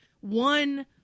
one